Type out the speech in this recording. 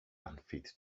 unfit